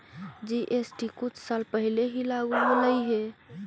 GST कुछ साल पहले ही लागू होलई हे